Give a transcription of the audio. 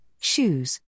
shoes